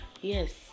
Yes